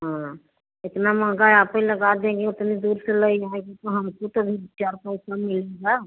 हाँ इतना महंगा आप ही लगा देंगे तो उतनी दूर से ले आय तो हमको तनी चार पैसा मिल जा